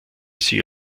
sie